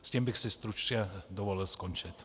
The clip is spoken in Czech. S tím bych si stručně dovolil skončit.